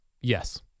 Yes